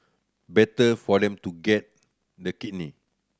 better for them to get the kidney